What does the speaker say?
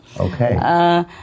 Okay